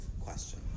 question